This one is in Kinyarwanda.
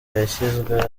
yashinzwe